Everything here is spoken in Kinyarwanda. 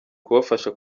kubafasha